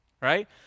right